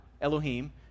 Elohim